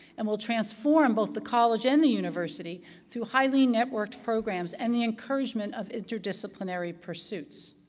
and will transform both the college and the university through highly networked programs and the encouragement of interdisciplinary pursuits.